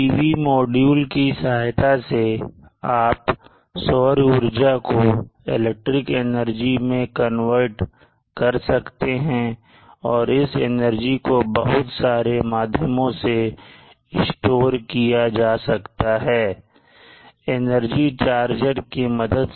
PV module की सहायता से आप सौर ऊर्जा को इलेक्ट्रिक एनर्जी में कन्वर्ट कर सकते हैं और इस एनर्जी को बहुत सारे माध्यमों से स्टोर किया जा सकता है एनर्जी चार्जर के मदद से